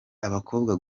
abakobwa